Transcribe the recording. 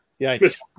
yikes